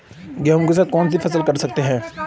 गेहूँ के साथ कौनसी फसल कर सकते हैं?